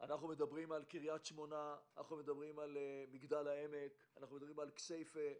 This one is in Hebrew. מדברים על קריית שמונה, על מגדל העמק, על כסייפה,